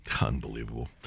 Unbelievable